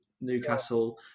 Newcastle